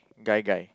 guy guy